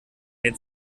den